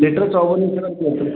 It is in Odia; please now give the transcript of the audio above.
ଲିଟର ଚଉବନ ଦିଅନ୍ତୁ